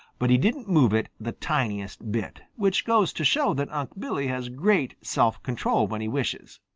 but he didn't move it the tiniest bit, which goes to show that unc' billy has great self-control when he wishes.